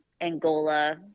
Angola